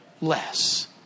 less